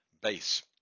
Base